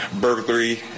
burglary